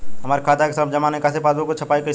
हमार खाता के सब जमा निकासी पासबुक पर छपाई कैसे होई?